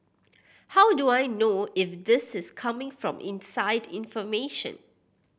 how do I know if this is coming from inside information